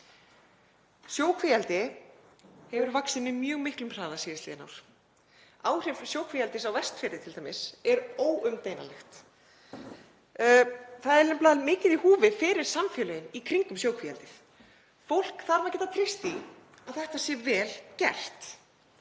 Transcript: Sjókvíaeldi hefur vaxið með mjög miklum hraða síðastliðin ár. Áhrif sjókvíaeldis á Vestfirði t.d. er óumdeilanlegt. Það er nefnilega mikið í húfi fyrir samfélögin í kringum sjókvíaeldið. Fólk þarf að geta treyst því að þetta sé vel gert.